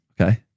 okay